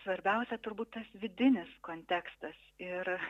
svarbiausia turbūt tas vidinis kontekstas ir